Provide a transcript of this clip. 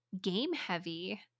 game-heavy